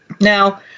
Now